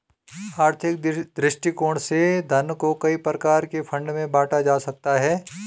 आर्थिक दृष्टिकोण से धन को कई प्रकार के फंड में बांटा जा सकता है